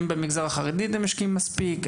האם במגזר החרדי אתם משקיעים מספיק?